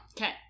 Okay